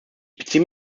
beziehe